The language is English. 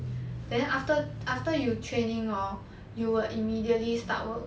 then after after you training hor you will immediately start work